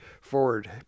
forward